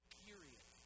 period